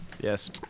Yes